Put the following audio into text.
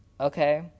okay